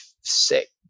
six